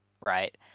right